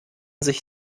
sich